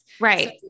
Right